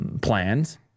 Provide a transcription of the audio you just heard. plans